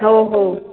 हो हो